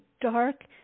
dark